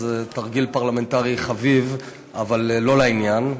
בסדר, זה תרגיל פרלמנטרי, חביב אבל לא לעניין.